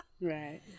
right